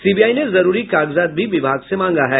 CBI ने जरूरी कागजात भी विभाग से मांगा है